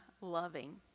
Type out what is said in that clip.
loving